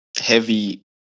heavy